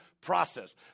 process